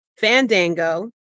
Fandango